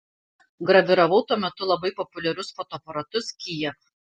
graviravau tuo metu labai populiarius fotoaparatus kijev